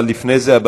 אבל לפני זה,